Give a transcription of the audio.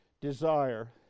desire